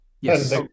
Yes